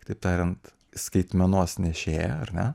kitaip tariant skaitmenos nešėja ar ne